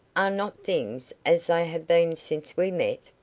are not things as they have been since we met?